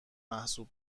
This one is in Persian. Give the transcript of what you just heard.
محسوب